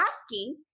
asking